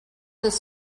this